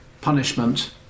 punishment